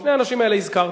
את שני האנשים האלה הזכרת.